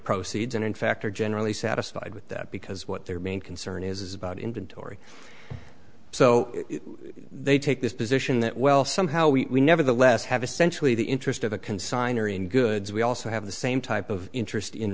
proceeds and in fact are generally satisfied with that because what their main concern is is about inventory so they take this position that well somehow we nevertheless have essentially the interest of the consigner in goods we also have the same type of interest in